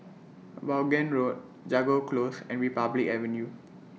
Vaughan Road Jago Close and Republic Avenue